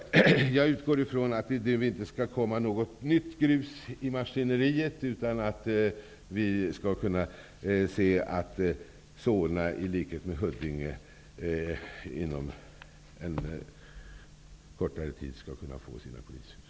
Jag utgår från att det nu inte skall komma något nytt grus i maskineriet, utan att vi skall se att Solna, i likhet med Huddinge, inom en kortare tid skall få sitt polishus.